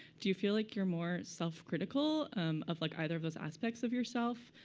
do you feel like you're more self-critical um of like either of those aspects of yourself?